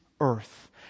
earth